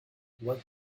what